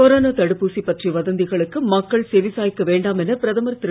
corona தடுப்பூசி பற்றிய வதந்திகளுக்கு மக்கள் செவி சாய்க்க வேண்டாம் என பிரதமர் திரு